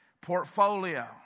portfolio